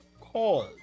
call